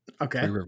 Okay